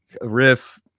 riff